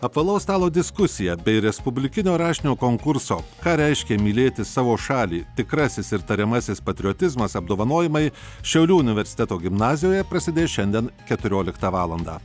apvalaus stalo diskusija bei respublikinio rašinio konkurso ką reiškia mylėti savo šalį tikrasis ir tariamasis patriotizmas apdovanojimai šiaulių universiteto gimnazijoje prasidės šiandien keturioliktą valandą